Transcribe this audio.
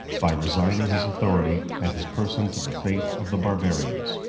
by resigning his authority and his person to the faith of the barbarians.